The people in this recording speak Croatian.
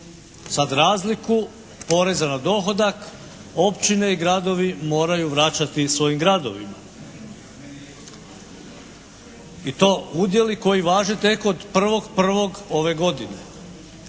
sad razliku poreza na dohodak općine i gradovi moraju vraćati svojim gradovima. I to udjeli koji važe tek od 1.1. ove godine.